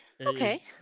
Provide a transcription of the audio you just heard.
Okay